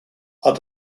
are